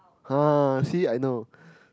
ha see I know